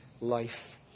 life